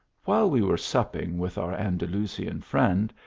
while we were supping with our andalusian friend,